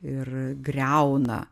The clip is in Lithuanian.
ir griauna